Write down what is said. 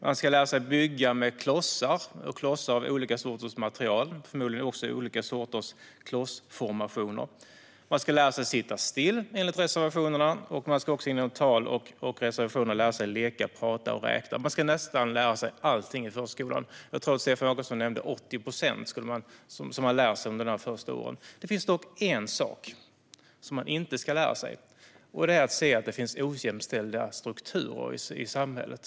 De ska lära sig bygga med klossar av olika sorters material, förmodligen också olika sorters klossformationer. De ska lära sig sitta still, enligt reservationerna, och de ska också enligt tal och reservationer lära sig leka, prata och räkna. De ska nästan lära sig allting i förskolan. Jag tror att Stefan Jakobsson nämnde att man lär sig 80 procent av allt man lär sig i livet de här första åren. Det finns dock en sak som man inte ska lära sig, och det är att se att det finns ojämställda strukturer i samhället.